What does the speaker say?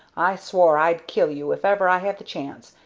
i swore i'd kill you if ever i had the chance,